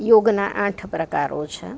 યોગનાં આઠ પ્રકારો છે